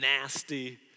nasty